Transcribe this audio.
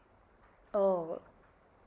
oh